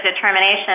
determination